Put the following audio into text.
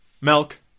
Milk